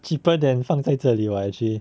cheaper than 放在这里 [what] actually